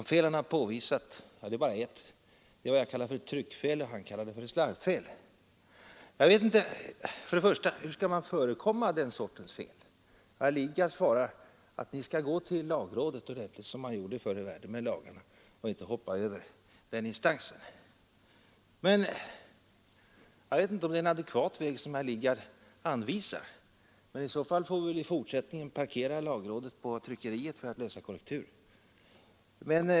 De fel han har påvisat — ja, det är bara ett — det är vad jag kallar för ett tryckfel och vad herr Lidgard kallar för ett slarvfel. Jag vet inte hur man skall förekomma den sortens fel. Herr Lidgard svarar: Ni skall gå till lagrådet, som man gjorde förr i världen. Jag vet inte om det är en adekvat väg. I så fall får vi väl i fortsättningen parkera lagrådet på tryckeriet för att läsa korrektur.